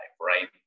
right